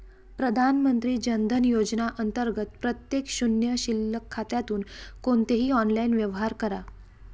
प्रधानमंत्री जन धन योजना अंतर्गत प्रत्येक शून्य शिल्लक खात्यातून कोणतेही ऑनलाइन व्यवहार करा